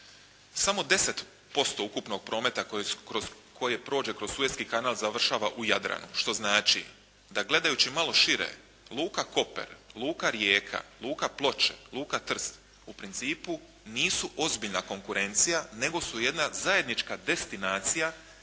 Samo 10% ukupnog prometa koji prođe kroz Sueski kanal završava u Jadranu što znači da gledajući malo šire Luka Koper, Luka Rijeka, Luka Ploče, Luka Trst u principu nisu ozbiljna konkurencija nego su jedna zajednička destinacija